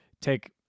take